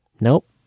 Nope